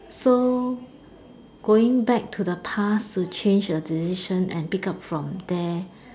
so going back to the past to change a decision and pick up from there